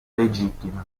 legittima